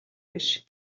биш